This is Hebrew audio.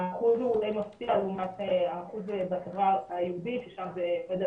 האחוז הוא מפתיע לעומת האחוז בחברה היהודית ששם זה עומד על